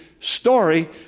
Story